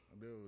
Dude